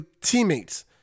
teammates